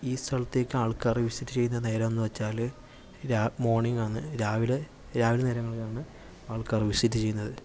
ഈ സ്ഥലത്തേക്ക് ആൾക്കാര് വിസിറ്റ് ചെയുന്ന നേരം എന്നു വെച്ചാൽ രാ മോർണിംഗ് ആണ് രാവിലെ രാവിലെ നേരങ്ങളിലാണ് ആൾക്കാര് വിസിറ്റ് ചെയ്യുന്നത്